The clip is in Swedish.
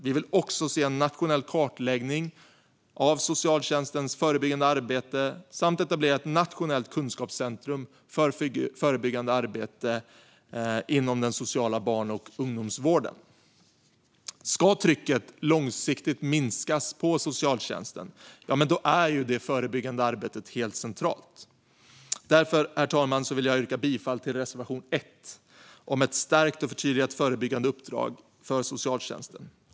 Vi vill också se en nationell kartläggning av socialtjänstens förebyggande arbete samt etablera ett nationellt kunskapscentrum för förebyggande arbete inom den sociala barn och ungdomsvården. Om trycket på socialtjänsten långsiktigt ska minska är det förebyggande arbetet helt centralt. Därför, herr talman, vill jag yrka bifall till reservation 1 om ett stärkt och förtydligat förebyggande uppdrag för socialtjänsten.